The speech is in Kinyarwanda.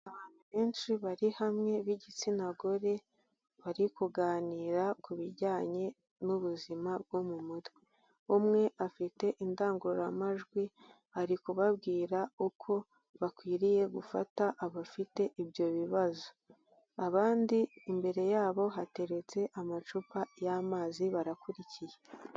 Abantu benshi bari hamwe b'igitsina gore bari kuganira ku bijyanye n'ubuzima bwo mu mutwe, umwe afite indangururamajwi ari kubabwira uko bakwiriye gufata abafite ibyo bibazo. Abandi imbere yabo hateretse amacupa y'amazi barakurikiye.